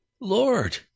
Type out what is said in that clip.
Lord